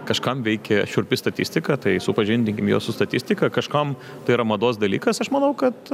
kažkam veikia šiurpi statistika tai supažindinkim juos su statistika kažkam tai yra mados dalykas aš manau kad